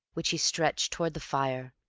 which he stretched towards the fire,